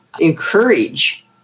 encourage